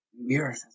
mirrors